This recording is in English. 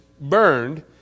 burned